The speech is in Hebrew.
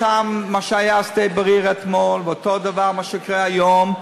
מאותו הטעם שהיה על שדה-בריר אתמול ואותו דבר שיקרה היום,